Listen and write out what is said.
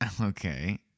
Okay